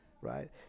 Right